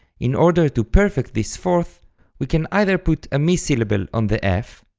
in order to perfect this fourth we can either put a mi syllable on the f,